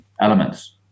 elements